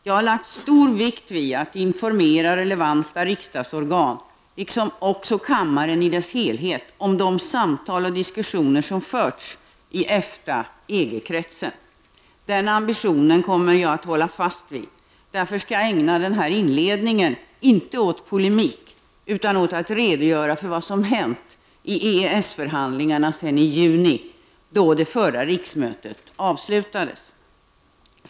Jag har lagt stor vikt vid att informera relevanta riksdagsorgan, liksom också kammaren i dess helhet, om de samtal och diskussioner som har förts i EFTA/EG-kretsen. Den ambitionen kommer jag att hålla fast vid. Därför skall jag ägna denna inledning inte åt polemik, utan åt att redogöra för vad som hänt i EES-förhandlingarna sedan i juni, då det förra riksmötet avslutades.